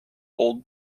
old